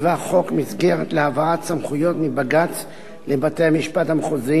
חוק מסגרת להעברת סמכויות מבג"ץ לבתי-המשפט המחוזיים.